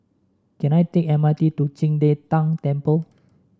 can I take M R T to Qing De Tang Temple